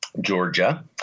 Georgia